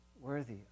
worthy